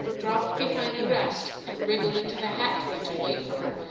dropped behind the rest, and wriggled into the hat-tree to wait for her,